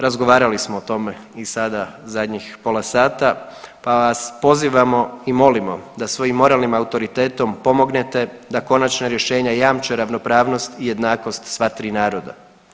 Razgovarali smo o tome i sada zadnjih pola sata, pa vas pozivamo i molimo da svojim moralnim autoritetom pomognete da konačna rješenja jamče ravnopravnost i jednakost sva tri naroda.